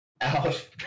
out